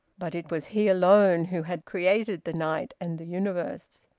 but it was he alone who had created the night and the universe.